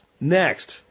Next